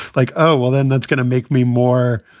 like, oh, well, then that's gonna make me more